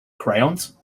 crayons